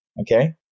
Okay